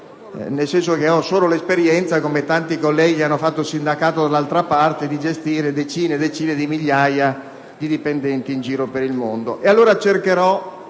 nel senso che ho solo l'esperienza, come tanti altri colleghi che hanno fatto sindacato dall'altra parte, di gestire decine e decine di migliaia di dipendenti in giro per il mondo.